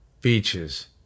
beaches